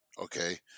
Okay